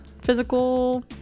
physical